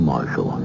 Marshall